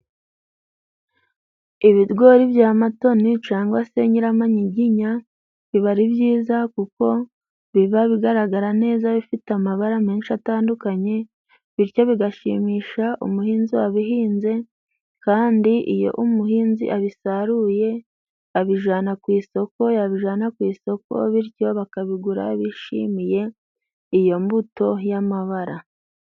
Ibigori bya matoni cyangwa se nyiramanyiginya biba ari byiza kuko biba bigaragara neza bifite amabara menshi atandukanye bityo bigashimisha umuhinzi wabihinze kandi iyo umuhinzi abisaruye abijana ku isoko yabijana ku isoko bityo bakabigura bishimiye iyo mbuto y'amabara.